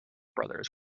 brothers